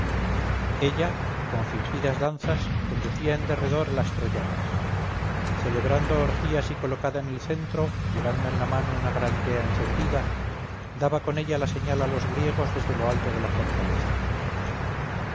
danzas conducía en derredor a las troyanas celebrando orgías y colocada en el centro llevando en la mano una gran tea encendida daba con ella la señal a los griegos desde lo alto de la fortaleza